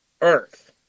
Earth